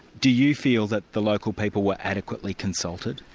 do you feel that the local people were adequately consulted?